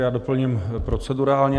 Já doplním procedurálně.